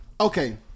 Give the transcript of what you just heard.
okay